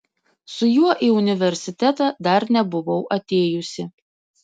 su juo į universitetą dar nebuvau atėjusi